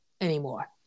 anymore